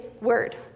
Word